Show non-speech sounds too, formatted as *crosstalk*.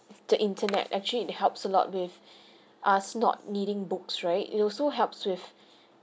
the internet actually it helps a lot with *breath* us not needing books right it also helps with